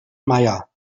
meier